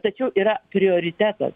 tačiau yra prioritetas